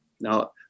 Now